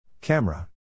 Camera